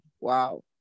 wow